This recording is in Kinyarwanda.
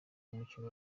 umukino